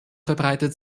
verbreitet